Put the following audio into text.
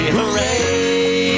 hooray